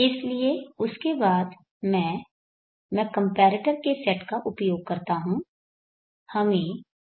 इसलिए उसके बाद मैं मैं कंपैरेटर के सेट का उपयोग करता हूं